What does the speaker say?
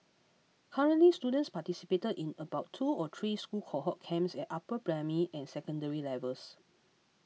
currently students participate in about two or three school cohort camps at upper primary and secondary levels